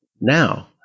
now